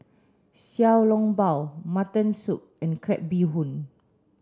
Xiao Long Bao mutton soup and crab bee hoon